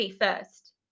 First